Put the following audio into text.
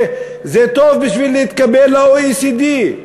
זה טוב בשביל להתקבל ל-OECD.